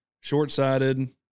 short-sighted